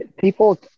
people